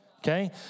okay